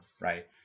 right